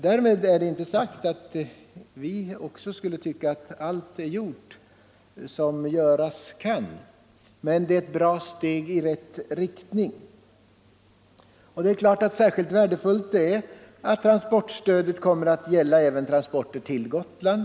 Därmed är dock inte sagt att vi tycker att allt är gjort som göras kan, men det är ett bra steg i rätt riktning. Särskilt värdefullt är att transportstödet kommer att gälla även godstransporter rill Gotland.